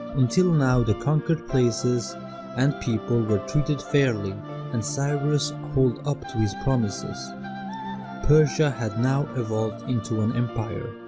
until now the conquered places and people were treated fairly and cyrus pulled up to his promises persia had now evolved into an empire